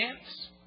chance